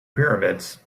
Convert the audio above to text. pyramids